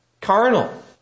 carnal